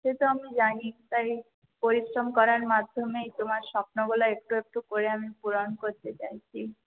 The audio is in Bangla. সে তো আমি জানি তাই পরিশ্রম করার মাধম্যেই তোমার স্বপ্নগুলো একটু একটু করে আমি পূরণ করতে চাইছি